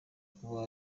kuba